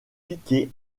piquer